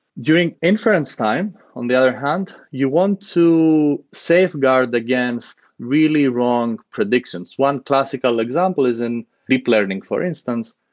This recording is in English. during inference time, on the other hand, you want to safeguard against really wrong predictions. one classical example is in deep learning, for instance.